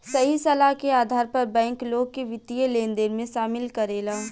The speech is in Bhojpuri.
सही सलाह के आधार पर बैंक, लोग के वित्तीय लेनदेन में शामिल करेला